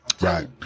Right